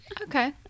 Okay